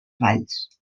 valls